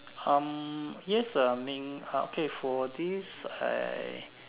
um yes I mean uh okay for this I